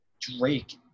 Drake